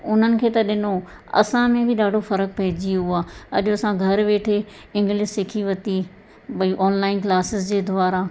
उन्हनि खे त ॾिनो असां में बि ॾाढो फ़र्कु पहिजी वियो आहे अॼु असां घरु वेठे इंग्लिश सिखी वती भई ऑनलाइन क्लासिस जे द्वारा